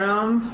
ידלין.